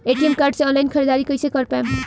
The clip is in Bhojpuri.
ए.टी.एम कार्ड से ऑनलाइन ख़रीदारी कइसे कर पाएम?